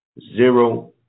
Zero